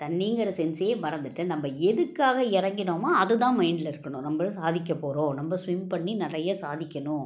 தண்ணிங்கிற சென்ஸே நம்ம மறந்துவிட்டு நம்ம எதுக்காக இறங்கினமோ அதுதான் மைண்டில் இருக்கணும் நம்ம சாதிக்கப் போகிறோம் நம்ம ஸ்விம் பண்ணி நிறைய சாதிக்கணும்